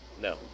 No